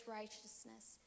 righteousness